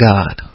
God